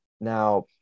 Now